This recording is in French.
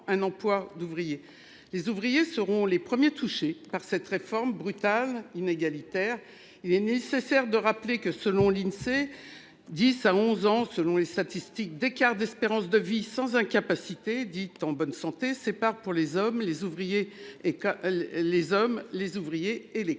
Les ouvriers seront les premiers touchés par cette réforme brutale inégalitaire. Il est nécessaire de rappeler que, selon l'Insee. 10 à 11 ans, selon les statistiques d'écart d'espérance de vie sans incapacité dite en bonne santé c'est pas pour les hommes, les ouvriers et que les hommes,